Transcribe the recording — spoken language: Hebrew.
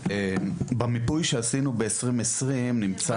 במיפוי שעשינו ב-2020 נמצא